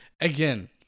again